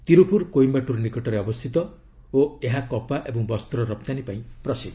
ତିରୁପୁର କୋଇମ୍ଭାଟୁର ନିକଟରେ ଅବସ୍ଥିତ ଓ ଏହା କପା ଏବଂ ବସ୍ତ୍ର ରପ୍ତାନୀ ପାଇଁ ପ୍ରସିଦ୍ଧ